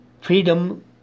freedom